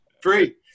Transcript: Free